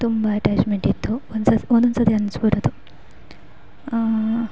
ತುಂಬ ಅಟ್ಯಾಚ್ಮೆಂಟ್ ಇತ್ತು ಒನ್ ಸಸ ಒಂದೊಂದ್ಸತಿ ಅನ್ನಿಸ್ಬಿಡೋದು